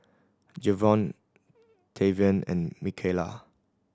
Javion Tavian and Mikalah